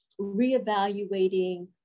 reevaluating